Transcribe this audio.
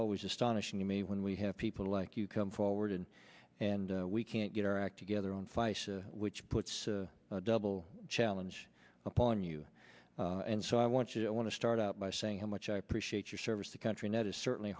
always astonishing to me when we have people like you come forward and we can't get our act together on face which puts a double challenge upon you and so i want you to i want to start out by saying how much i appreciate your service to country net is certainly